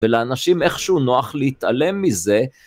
ולאנשים איכשהו נוח להתעלם מזה.